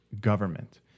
government